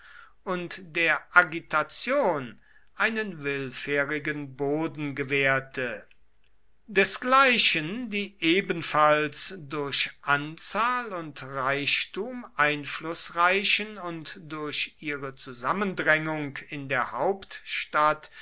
und der agitation einen willfährigen boden gewährte desgleichen die ebenfalls durch anzahl und reichtum einflußreichen und durch ihre zusammendrängung in der hauptstadt